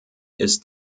ist